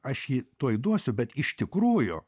aš jį tuoj duosiu bet iš tikrųjų